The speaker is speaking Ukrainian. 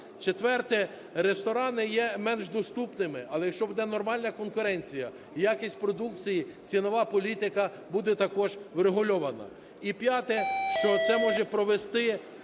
Четверте. Ресторани є менш доступними. Але, якщо буде нормальна конкуренція і якість продукції, цінова політика буде також врегульована. І п'яте. Що це може привести